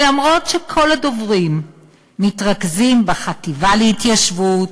למרות שכל הדוברים מתרכזים בחטיבה להתיישבות,